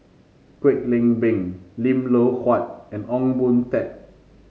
Kwek Leng Beng Lim Loh Huat and Ong Boon Tat